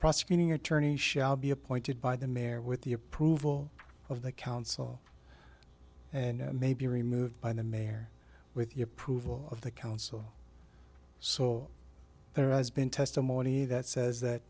prosecuting attorney shall be appointed by the mayor with the approval of the council and may be removed by the mayor with the approval of the council so there has been testimony that says that